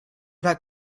that